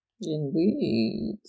indeed